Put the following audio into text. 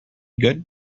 good